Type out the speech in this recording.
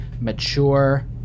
mature